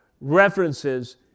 references